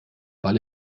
ball